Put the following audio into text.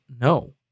No